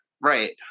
Right